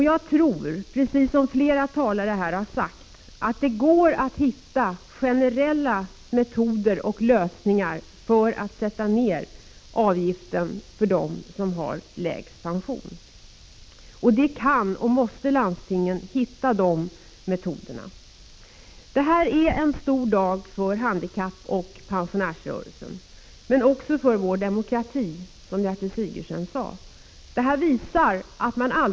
Jag tror, precis som flera talare här har sagt, att det går att hitta generella lösningar och metoder för att sätta ned avgiften för dem som har lägst pension. De metoderna kan och måste landstingen hitta. Prot. 1985/86:55 Det här är en stor dag för handikappoch pensionärsrörelsen men också — 18 december 1985 för vår demokrati, som Gertrud Sigurdsen sade. Detta visar att man aldrig.